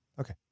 Okay